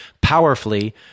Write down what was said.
powerfully